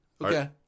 Okay